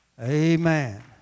Amen